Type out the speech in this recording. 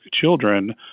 children